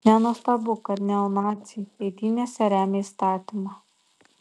nenuostabu kad neonaciai eitynėse remia įstatymą